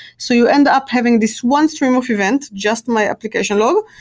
so you end up having this one stream of events, just my application log,